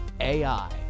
AI